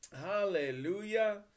Hallelujah